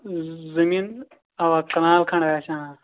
زٔمیٖن اَوا کنال کھَنٛڈ آسہِ آ